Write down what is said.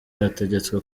bategetswe